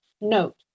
Note